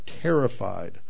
terrified